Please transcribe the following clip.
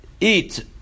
eat